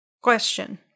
Question